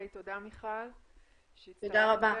תודה מיכל על הדברים.